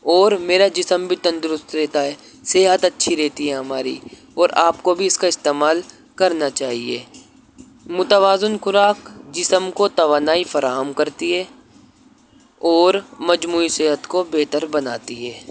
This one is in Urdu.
اور میرا جسم بھی تندرست رہتا ہے صحت اچھی رہتی ہے ہماری اور آپ کو بھی اس کا استعمال کرنا چاہیے متوازن خوراک جسم کو توانائی فراہم کرتی ہے اور مجموعی صحت کو بہتر بناتی ہے